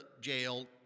jail